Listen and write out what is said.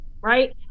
right